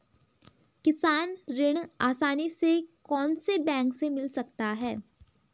किसान ऋण आसानी से कौनसे बैंक से मिल सकता है?